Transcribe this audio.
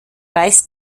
weiß